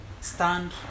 stand